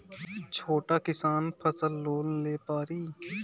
छोटा किसान फसल लोन ले पारी?